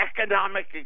economic